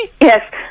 Yes